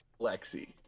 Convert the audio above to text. Lexi